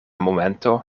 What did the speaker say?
momento